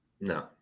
No